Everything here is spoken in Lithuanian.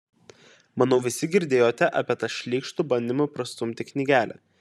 manau visi girdėjote apie tą šlykštų bandymą prastumti knygelę